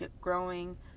growing